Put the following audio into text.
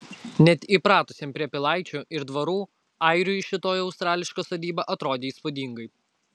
net įpratusiam prie pilaičių ir dvarų airiui šitoji australiška sodyba atrodė įspūdingai